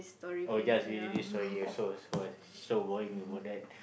oh yes we did this sorry yeah so so what's this so boring about that